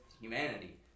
humanity